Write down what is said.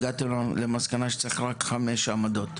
והגעתם למסקנה שצריך רק חמש עמדות.